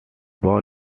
born